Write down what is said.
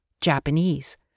Japanese